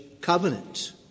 covenant